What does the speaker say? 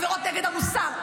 עבירות נגד המוסר,